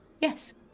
Yes